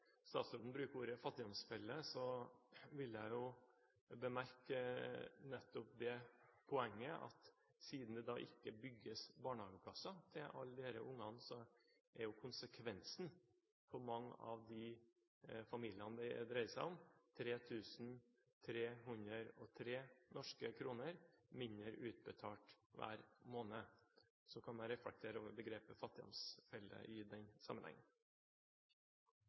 statsråden bruker ordet «fattigdomsfelle», vil jeg bemerke nettopp det poenget at siden det ikke bygges barnehageplasser til alle disse ungene, er konsekvensen for mange av de familiene det dreier seg om, 3 303 norske kroner mindre utbetalt hver måned. Så kan man reflektere over begrepet «fattigdomsfelle» i den